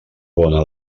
bona